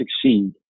succeed